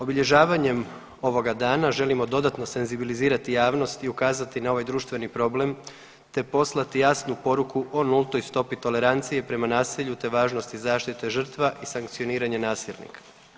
Obilježavanjem ovoga dana želimo dodatno senzibilizirati javnost i ukazati na ovaj društveni problem te poslati jasnu poruku o nultoj stopi tolerancije prema nasilju te važnosti zaštite žrtva i sankcioniranje nasilnika.